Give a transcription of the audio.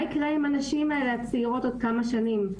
מה יקרה עם הנשים הצעירות האלה עוד כמה שנים?